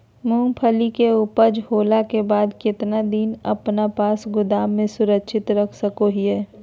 मूंगफली के ऊपज होला के बाद कितना दिन अपना पास गोदाम में सुरक्षित रख सको हीयय?